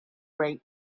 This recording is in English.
rate